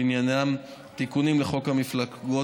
שעניינם תיקונים לחוק המפלגות,